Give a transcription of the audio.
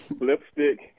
lipstick